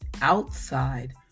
Outside